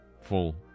full